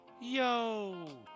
Yo